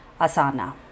Asana